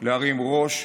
להרים ראש,